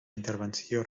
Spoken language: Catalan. intervenció